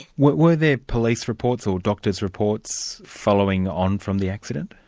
were there police reports or doctors' reports following on from the accident?